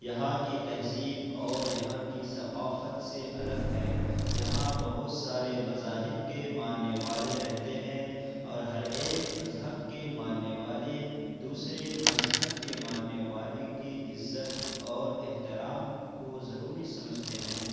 یہاں کی تہذیب اور یہاں کی ثقافت سے الگ ہے یہاں بہت سارے مذاہب کے ماننے والے رہتے ہیں اور ہر ایک مذہب کے ماننے والے دوسرے مذہب کے ماننے والے کی عزت اور احترام کو ضروری سمجھتے ہیں